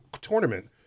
tournament